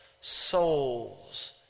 souls